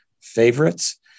favorites